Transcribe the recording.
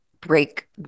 break